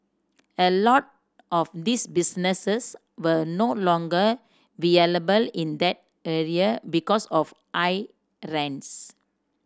a lot of these businesses were no longer in that area because of high rents